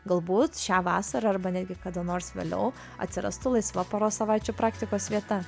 galbūt šią vasarą arba netgi kada nors vėliau atsirastų laisva poros savaičių praktikos vieta